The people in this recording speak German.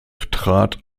trat